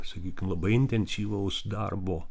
sakykim labai intensyvaus darbo